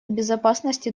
безопасности